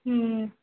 ਹਮ